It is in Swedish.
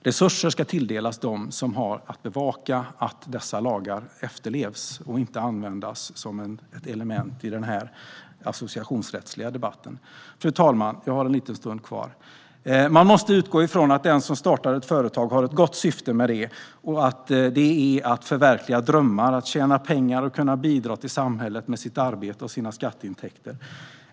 Resurser ska tilldelas dem som ska bevaka att dessa lagar efterlevs och ska inte användas som ett element i den här associationsrättsliga debatten. Fru talman! Vi måste utgå från att den som startar ett företag har ett gott syfte, att man vill förverkliga drömmar, tjäna pengar och bidra till samhället med sitt arbete och sina skatteintäkter.